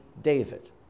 David